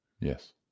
yes